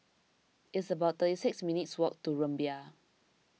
it's about thirty six minutes' walk to Rumbia